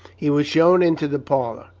he was shown into the parlour.